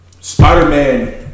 Spider-Man